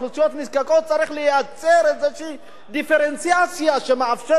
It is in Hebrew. לייצר איזושהי דיפרנציאציה שמאפשרת בעצם לאנשים